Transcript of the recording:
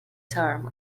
term